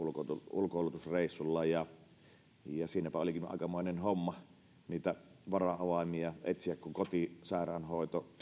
ulkoilutusreissulla ja siinäpä olikin aikamoinen homma niitä vara avaimia etsiä kun kotisairaanhoito